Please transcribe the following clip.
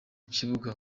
kibuga